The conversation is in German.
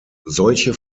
solche